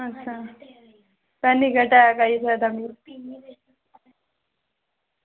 अच्छा पैह्ली गल्ल ऐ कि